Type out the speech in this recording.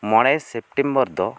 ᱢᱚᱬᱮ ᱥᱮᱯᱴᱮᱢᱵᱚᱨ ᱫᱚ